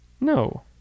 No